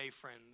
friends